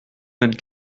vingt